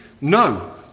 No